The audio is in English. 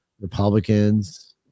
Republicans